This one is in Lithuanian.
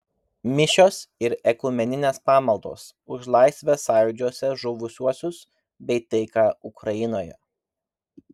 mišios ir ekumeninės pamaldos už laisvės sąjūdžiuose žuvusiuosius bei taiką ukrainoje